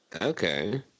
Okay